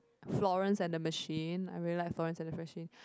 Florence and the Machine I really like Florence and the Machine